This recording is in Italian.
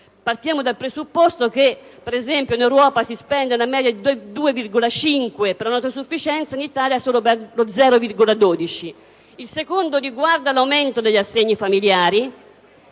Partiamo dal presupposto che, per esempio, in Europa si spende una media di 2,5 del PIL per l'autosufficienza e in Italia solo lo 0,12. Un secondo emendamento riguarda l'aumento degli assegni familiari,